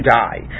die